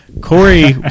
Corey